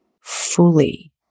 fully